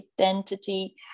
identity